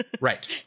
Right